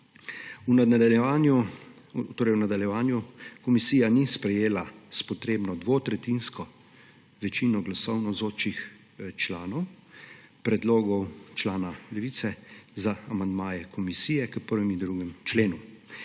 V nadaljevanju komisija ni sprejela s potrebno dvotretjinsko večino glasov navzočih članov predlogov člana Levice za amandmaje komisije k 1. in 2. členu.